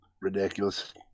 ridiculous